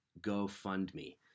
GoFundMe